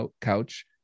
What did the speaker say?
couch